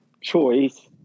choice